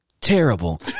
terrible